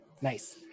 nice